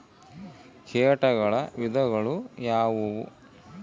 ಕೇಟಗಳ ವಿಧಗಳು ಯಾವುವು?